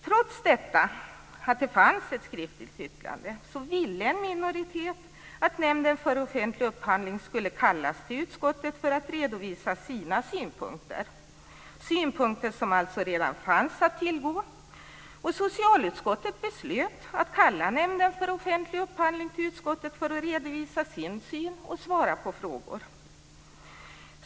Trots att det fanns ett skriftligt yttrande, ville en minoritet att Nämnden för offentlig upphandling skulle kallas till utskottet för att redovisa sina synpunkter - synpunkter som alltså redan fanns att tillgå. Socialutskottet beslöt att kalla Nämnden för offentlig upphandling till utskottet för att redovisa sin syn och svara på frågor.